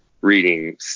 reading